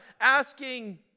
asking